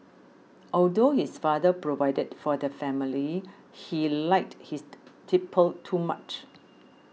although his father provided for the family he liked his tipple too much